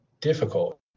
difficult